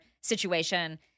situation